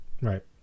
Right